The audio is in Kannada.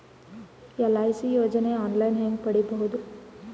ಎಲ್.ಐ.ಸಿ ಯೋಜನೆ ಆನ್ ಲೈನ್ ಹೇಂಗ ಪಡಿಬಹುದು?